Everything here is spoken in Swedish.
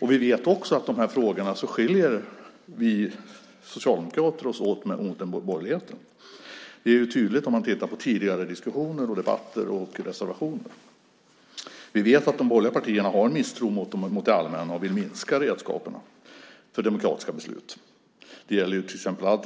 Vi vet att vi socialdemokrater i de här frågorna skiljer oss från borgerligheten. Det framgår tydligt av tidigare diskussioner, debatter och reservationer. Vi vet ju att de borgerliga partierna har en misstro mot det allmänna och vill minska redskapen för demokratiska beslut. Det gäller till exempel